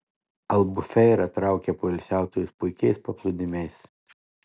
albufeira traukia poilsiautojus puikiais paplūdimiais